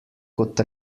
kot